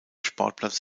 sportplatz